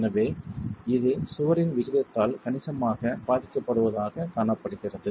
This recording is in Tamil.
எனவே இது சுவரின் விகிதத்தால் கணிசமாக பாதிக்கப்படுவதாகக் காணப்படுகிறது